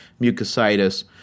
mucositis